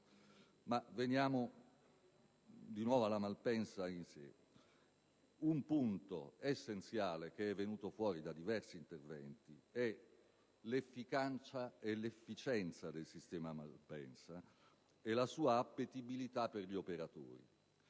Veniamo di nuovo a Malpensa. Un punto essenziale che è venuto fuori da diversi interventi è l'efficacia e l'efficienza del sistema Malpensa e la sua appetibilità per gli operatori.